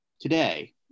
today